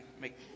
make